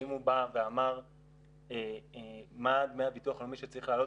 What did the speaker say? האם הוא בא ואמר מה דמי הביטוח הלאומי שצריך להעלות